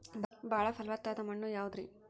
ಬಾಳ ಫಲವತ್ತಾದ ಮಣ್ಣು ಯಾವುದರಿ?